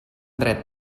dret